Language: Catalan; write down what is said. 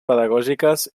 pedagògiques